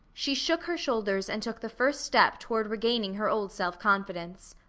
she shook her shoulders and took the first step toward regaining her old self-confidence.